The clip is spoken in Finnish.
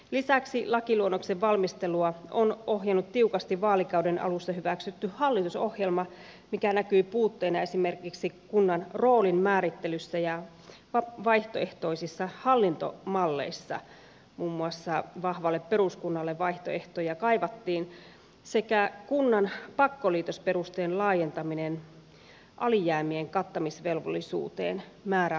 lisäksi lakiluonnoksen valmistelua on ohjannut tiukasti vaalikauden alussa hyväksytty hallitusohjelma mikä näkyy puutteena esimerkiksi kunnan roolin määrittelyssä ja vaihtoehtoisissa hallintomalleissa muun muassa vahvalle peruskunnalle vaihtoehtoja kaivattiin sekä kunnan pakkoliitosperusteen laajentaminen alijäämien kattamisvelvollisuuteen määräajassa